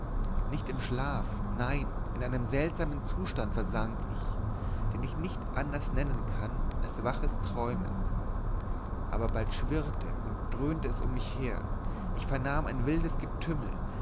nicht in schlaf nein in einen seltsamen zustand versank ich den ich nicht anders nennen kann als waches träumen aber bald schwirrte und dröhnte es um mich her ich vernahm ein wildes getümmel